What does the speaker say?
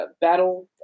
battle